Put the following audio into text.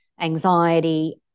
anxiety